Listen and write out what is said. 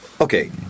okay